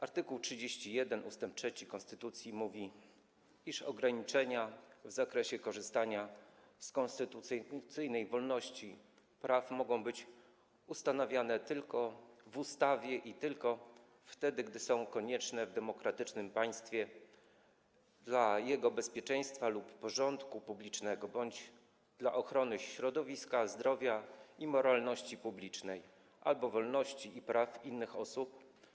Art. 31 ust. 3 konstytucji mówi, iż ograniczenia w zakresie korzystania z konstytucyjnych wolności i praw mogą być ustanawiane tylko w ustawie i tylko wtedy, gdy są konieczne w demokratycznym państwie dla jego bezpieczeństwa lub porządku publicznego bądź dla ochrony środowiska, zdrowia i moralności publicznej albo wolności i praw innych osób.